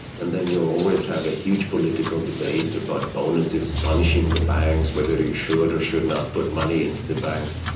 and then you always have a huge political debate about bonuses, punishing the banks, whether you should or should not put money into the banks,